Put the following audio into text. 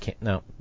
no